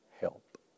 help